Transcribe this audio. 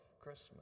Christmas